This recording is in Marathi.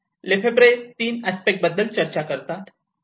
लेफेब्रे 3 अस्पेक्टबद्दल चर्चा करतात